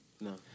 No